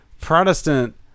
Protestant